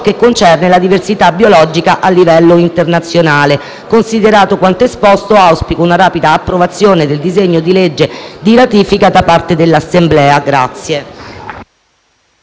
che concerne la diversità biologica a livello internazionale. Considerato quanto esposto, auspico una rapida approvazione del disegno di legge di ratifica da parte dell'Assemblea.